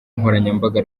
nkoranyambaga